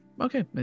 Okay